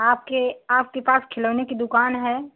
आपके आपके पास खिलौने की दुकान है